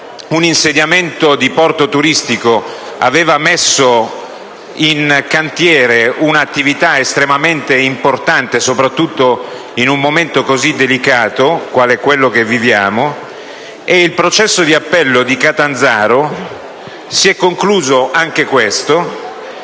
un insediamento di porto turistico che aveva messo in cantiere un'attività estremamente importante, soprattutto in un momento delicato quale quello che viviamo: anche il processo di appello di Catanzaro si è concluso con